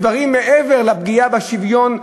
דברים מעבר לפגיעה בשוויון והדמוקרטיה.